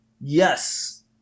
yes